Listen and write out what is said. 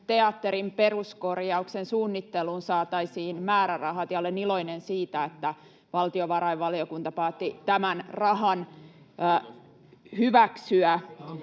Teatterin peruskorjauksen suunnitteluun saataisiin määrärahat, ja olen iloinen siitä, että valtiovarainvaliokunta päätti tämän rahan hyväksyä.